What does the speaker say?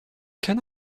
can